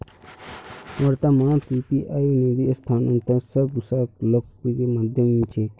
वर्त्तमानत यू.पी.आई निधि स्थानांतनेर सब स लोकप्रिय माध्यम छिके